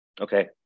Okay